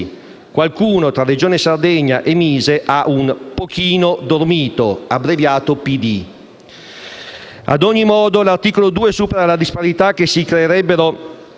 qualcuno tra Regione Sardegna e MISE ha un pochino dormito, abbreviato: PD.